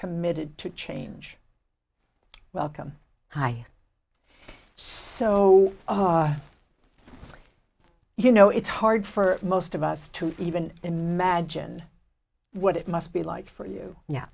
committed to change welcome i so you know it's hard for most of us to even imagine what it must be like for you